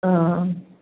ஆ ஆ